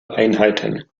einheiten